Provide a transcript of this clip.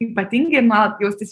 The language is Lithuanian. ypatingi ir nuolat jaustis